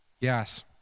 Yes